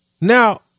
Now